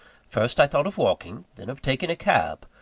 first i thought of walking then of taking a cab.